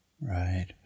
Right